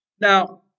Now